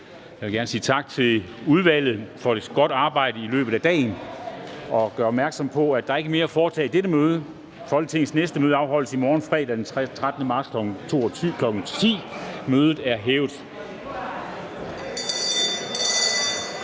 Jeg vil gerne sige tak til udvalget for et godt arbejde i løbet af dagen. Og jeg gør opmærksom på, at der ikke er mere at foretage i dette møde. Folketingets næste møde afholdes i morgen, fredag den 13. marts 2020, kl. 10.00.